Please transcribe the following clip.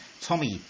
Tommy